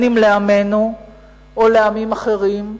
לעמנו או לעמים אחרים?